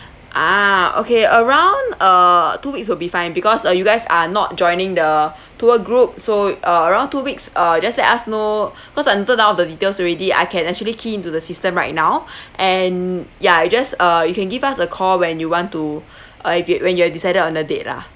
ah okay around uh two weeks will be fine because uh you guys are not joining the tour group so uh around two weeks uh just let us know cause until now the details already I can actually key into the system right now and yeah just uh you can give us a call when you want to uh if y~ when you decided on the date lah